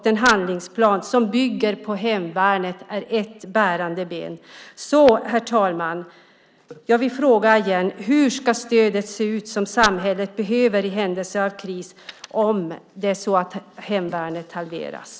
Den handlingsplan som bygger på hemvärnet är ett bärande ben. Herr talman! Jag vill fråga igen: Hur ska det stöd se ut som samhället behöver i händelse av kris om hemvärnet halveras?